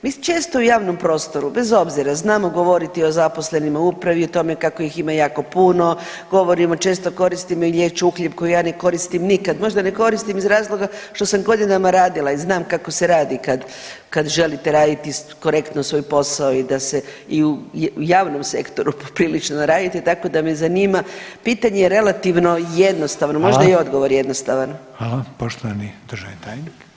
Mi često u javnom prostoru, bez obzira, znamo govoriti o zaposlenima u upravi, o tome kako ih ima jako puno, govorimo često koristimo i riječ uhljeb koji ja ne koristim nikad, možda ne koristim iz razloga što sam godinama radila i znam kako se radi kad želite radite korektno svoj posao i da se i u javnom sektoru poprilično naradite, tako da me zanima, pitanje je relativno jednostavno, možda je i odgovor jednostavan.